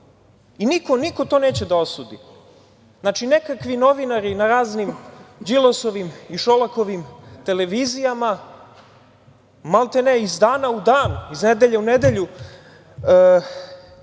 I niko to neće da osudi. Znači, nekakvi novinari na raznim Đilasovima i Šolakovim televizijama maltene iz dana u dan, iz nedelje u nedelju